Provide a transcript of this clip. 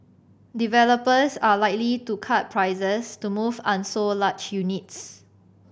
developers are likely to cut prices to move unsold large units